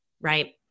right